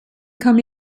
come